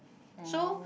so